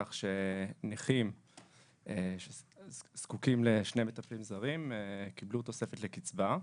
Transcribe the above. כך שנכים שזקוקים לשני מטפלים זרים קיבלו תוספת לקצבה.